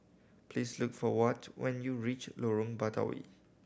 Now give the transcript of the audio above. please look for Watt when you reach Lorong Batawi